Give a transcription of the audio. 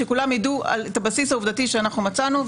שכולם ידעו את הבסיס העובדתי שמצאנו.